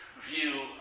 view